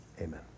amen